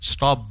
Stop